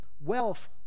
wealth